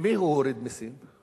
למי הוא הוריד מסים?